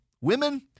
Women